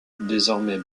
désormais